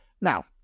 Now